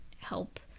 help